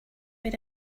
been